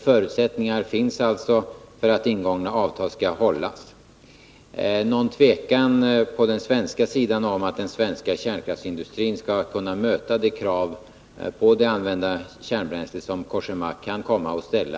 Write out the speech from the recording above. Förutsättningar finns alltså för att ingångna avtal skall hållas. På svensk sida råder det inte någon tvekan om att den svenska kärnkraftsindustrin skall kunna möta de krav på det använda kärnbränslet som Cogéma kan komma att ställa.